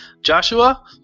Joshua